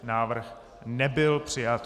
Návrh nebyl přijat.